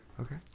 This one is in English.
Okay